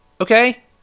Okay